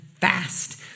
fast